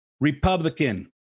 Republican